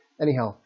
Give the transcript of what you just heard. anyhow